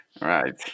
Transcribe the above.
Right